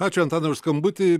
ačiū antanui už skambutį